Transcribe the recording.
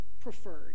preferred